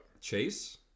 chase